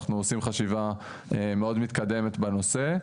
אנחנו עושים חשיבה מאוד מתקדמת בנושא,